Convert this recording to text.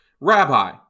Rabbi